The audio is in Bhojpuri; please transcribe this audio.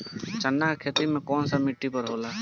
चन्ना के खेती कौन सा मिट्टी पर होला?